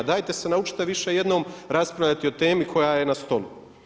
Dajte se naučite više jednom raspravljati o temi koja je na stolu.